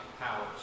powers